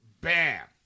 Bam